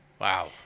Wow